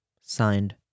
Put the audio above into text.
Signed